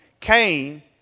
Cain